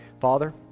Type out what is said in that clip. Father